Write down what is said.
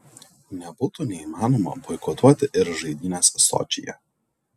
nebūtų neįmanoma boikotuoti ir žaidynes sočyje